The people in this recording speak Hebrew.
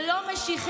הדוסית